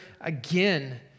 again